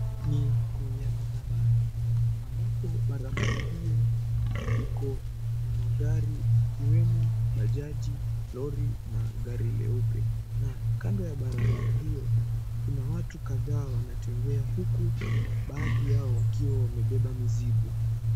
Ni kwenye barabara ambapo barabara hiyo iko na magari ikiwemo bajaji , lori na gari jeupe na kando ya barabara hiyo kuna watu kadhaa wanatembea huku baadhi yao wakiwa wamebeba mizigo.